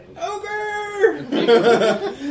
Ogre